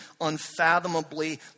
unfathomably